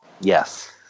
Yes